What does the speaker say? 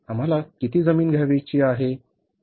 आम्हाला किती जमीन घ्यायची आहे